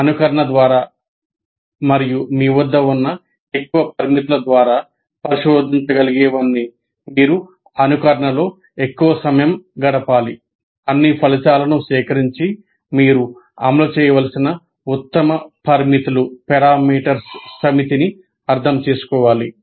అనుకరణ ద్వారా మరియు మీ వద్ద ఉన్న ఎక్కువ పారామితుల ద్వారా పరిశోధించగలిగేవన్నీ మీరు అనుకరణలో ఎక్కువ సమయం గడపాలి అన్ని ఫలితాలను సేకరించి మీరు అమలు చేయవలసిన ఉత్తమ పారామితుల సమితిని అర్థం చేసుకోవాలి